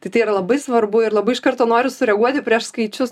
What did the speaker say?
tai tai yra labai svarbu ir labai iš karto noriu sureaguoti prieš skaičius